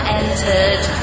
entered